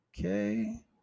Okay